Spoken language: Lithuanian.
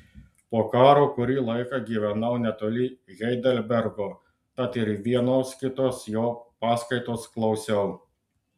po karo kurį laiką gyvenau netoli heidelbergo tad ir vienos kitos jo paskaitos klausiau